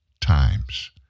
times